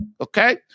Okay